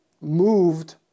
moved